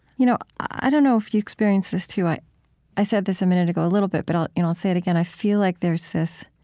you know i don't know if you experience this, too. i i said this a minute ago a little bit but i'll you know i'll say it again. i feel like there's this